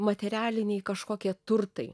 materialiniai kažkokie turtai